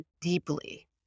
deeply